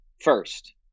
first